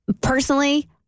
personally